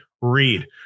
read